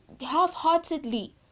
half-heartedly